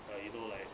uh you know like